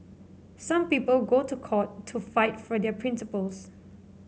some people go to court to fight for their principles